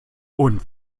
und